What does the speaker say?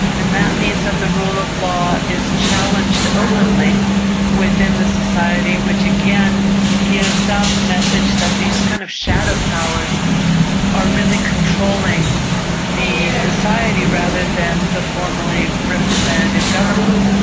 and that means that the rule of law is challenged openly within the society, which again gives out the message that these kind of shadow powers are really controlling the society rather than the formerly representative governments.